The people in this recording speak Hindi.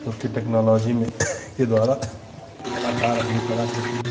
क्योंकि टेक्नोलॉजी में के द्वारा कलाकार अपनी कलाकृति